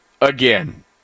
again